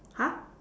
!huh!